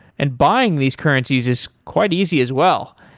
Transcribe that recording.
and buying these currencies is quite easy as well.